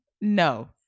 No